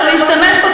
עם כל